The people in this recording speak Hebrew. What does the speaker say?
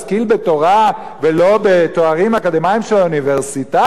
בתורה ולא בתארים אקדמיים של האוניברסיטה,